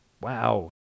Wow